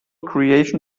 creation